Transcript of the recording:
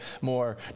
more